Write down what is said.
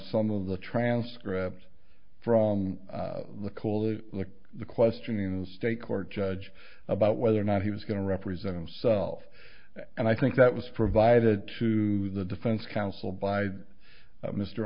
some of the transcripts from the cole or the the questioning the state court judge about whether or not he was going to represent himself and i think that was provided to the defense counsel by mr